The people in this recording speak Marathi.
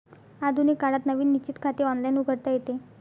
आधुनिक काळात नवीन निश्चित खाते ऑनलाइन उघडता येते